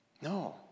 No